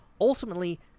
ultimately